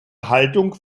haltung